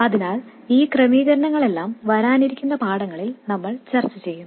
അതിനാൽ ഈ ക്രമീകരണങ്ങളെല്ലാം വരാനിരിക്കുന്ന പാഠങ്ങളിൽ നമ്മൾ ചർച്ച ചെയ്യും